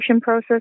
process